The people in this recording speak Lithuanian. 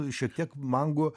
šiek tiek mangų